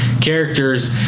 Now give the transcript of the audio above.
characters